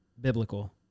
biblical